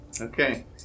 Okay